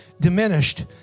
diminished